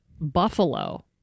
Buffalo